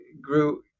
grew